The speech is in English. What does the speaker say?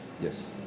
Yes